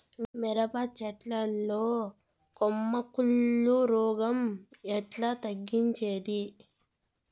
మిరప చెట్ల లో కొమ్మ కుళ్ళు రోగం ఎట్లా తగ్గించేది?